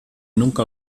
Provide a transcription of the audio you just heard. nunca